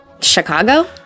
Chicago